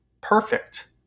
perfect